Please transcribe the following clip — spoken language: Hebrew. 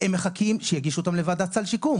חלק.